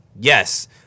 yes